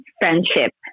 friendship